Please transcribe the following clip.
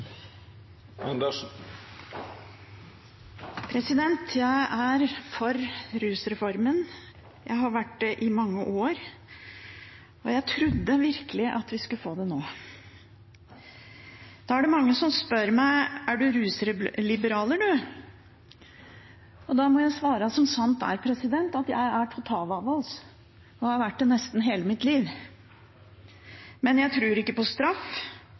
for rusreformen. Jeg har vært det i mange år, og jeg trodde virkelig at vi skulle få den nå. Det er mange som spør meg: Er du rusliberaler, du? Da må jeg svare som sant er, at jeg er totalavholds og har vært det i nesten hele mitt liv. Men jeg tror ikke på straff.